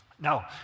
Now